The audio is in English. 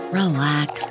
relax